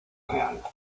real